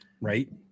Right